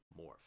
Morph